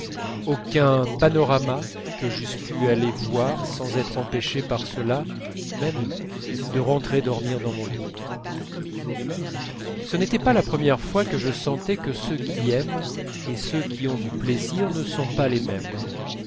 aucun panorama que j'eusse pu aller voir sans être empêché par cela même de rentrer dormir dans mon lit ce n'était pas la première fois que je sentais que ceux qui aiment et ceux qui ont du plaisir ne sont pas les mêmes